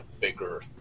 bigger